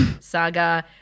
saga